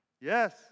Yes